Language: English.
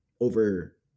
over